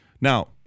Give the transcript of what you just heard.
Now